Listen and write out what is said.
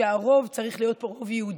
שהרוב צריך להיות פה רוב יהודי.